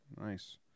Nice